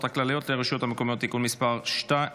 הכלליות לרשויות המקומיות (תיקון מס' 2),